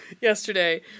Yesterday